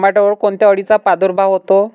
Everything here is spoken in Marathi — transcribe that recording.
टोमॅटोवर कोणत्या अळीचा प्रादुर्भाव होतो?